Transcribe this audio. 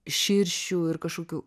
širšių ir kažkokių